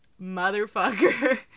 motherfucker